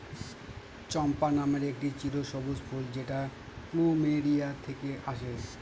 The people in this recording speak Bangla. চম্পা নামের একটি চিরসবুজ ফুল যেটা প্লুমেরিয়া থেকে আসে